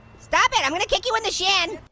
stop it, i'm gonna kick you in the shin.